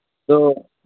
ꯑꯗꯨ